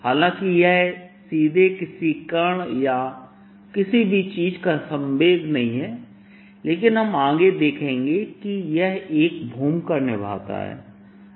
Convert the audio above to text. हालांकि यह सीधे किसी कण या किसी भी चीज का संवेग नहीं है लेकिन हम आगे देखेंगे कि यह एक भूमिका निभाता है